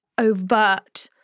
overt